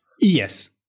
Yes